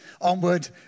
onward